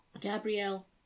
gabrielle